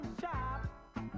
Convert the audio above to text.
shop